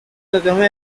kagame